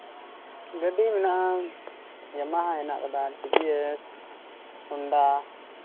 ᱜᱟᱹᱰᱤ ᱢᱮᱱᱟᱜᱼᱟ ᱟᱭᱢᱟ ᱦᱮᱱᱟᱜ ᱠᱟᱫᱟ ᱴᱤᱹᱵᱷᱤᱹᱮᱥ ᱦᱩᱱᱰᱟ